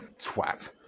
twat